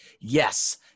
Yes